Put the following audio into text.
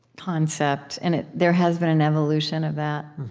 concept. and there has been an evolution of that.